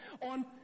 on